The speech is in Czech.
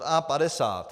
A50.